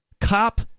cop